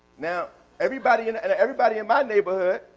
now everybody in and everybody in my neighborhood,